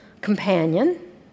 companion